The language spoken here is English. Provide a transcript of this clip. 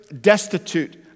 destitute